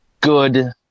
good